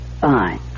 Fine